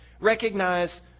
Recognize